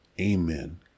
Amen